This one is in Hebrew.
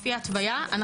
לפי התוויה,